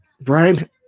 Brian